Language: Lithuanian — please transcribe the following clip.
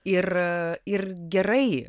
ir ir gerai